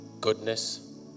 goodness